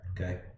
Okay